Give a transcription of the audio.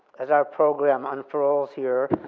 as our program unfurls here,